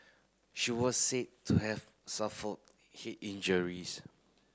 she was said to have suffered head injuries